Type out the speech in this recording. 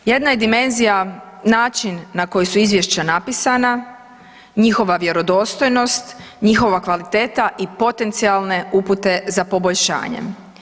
Jedna je dimenzija način na koji su izvješća napisana, njihova vjerodostojnost, njihova kvaliteta i potencijalne upite za poboljšanjem.